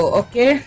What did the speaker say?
okay